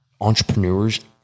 entrepreneurs